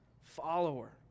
follower